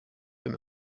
from